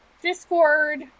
discord